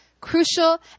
crucial